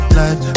life